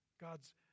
God's